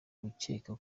gukeka